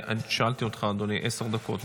שאלתי אותך, אדוני, עשר דקות, נכון?